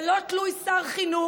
זה לא תלוי שר חינוך,